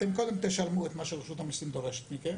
אתם קודם כול תשלמו את מה שרשות המיסים דורשת מכם